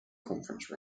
conference